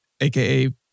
aka